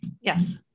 Yes